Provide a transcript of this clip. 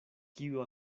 kiu